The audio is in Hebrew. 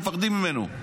שמפחדים ממנו.